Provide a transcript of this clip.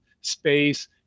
space